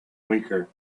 weaker